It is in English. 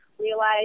realize